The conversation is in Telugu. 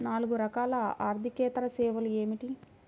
నాలుగు రకాల ఆర్థికేతర సేవలు ఏమిటీ?